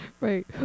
Right